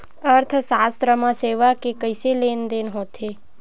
अर्थशास्त्र मा सेवा के कइसे लेनदेन होथे?